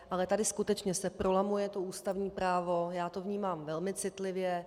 Ale tady se skutečně prolamuje ústavní právo, já to vnímám velmi citlivě.